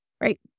Right